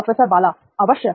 professor Bala अवश्य